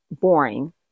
boring